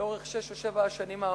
לאורך שש או שבע השנים האחרונות.